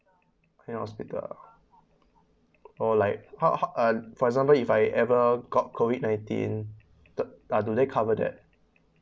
claim hospital uh orh like how how um for example if I ever got COVID nineteen the uh do they cover that